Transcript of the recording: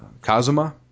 Kazuma